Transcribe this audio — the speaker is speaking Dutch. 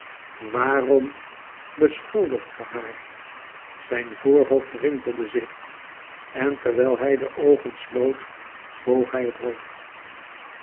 waarom beschuldigt ge haar zijn voorhoofd rimpelde zich en terwijl hij de oogen sloot boog hij het hoofd